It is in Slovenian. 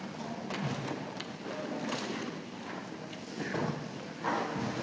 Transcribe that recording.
Hvala